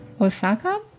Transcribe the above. Osaka